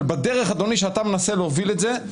אבל אדוני, בדרך שאתה מנסה להוביל את זה,